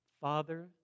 Father